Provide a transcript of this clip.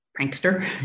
prankster